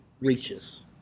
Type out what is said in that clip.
reaches